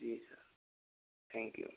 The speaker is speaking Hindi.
ji sir thank you